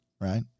right